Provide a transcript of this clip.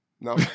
No